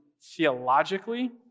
theologically